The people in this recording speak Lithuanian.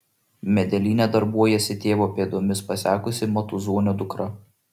medelyne darbuojasi tėvo pėdomis pasekusi matuzonio dukra